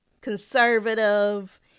Conservative